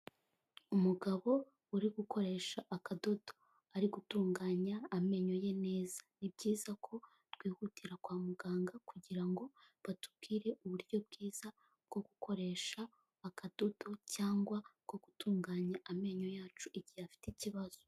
Umugabo uri gukoresha akadodo, ari gutunganya amenyo ye neza. Ni byiza ko twihutira kwa muganga kugira ngo batubwire uburyo bwiza bwo gukoresha akadodo cyangwa bwo gutunganya amenyo yacu igihe afite ikibazo.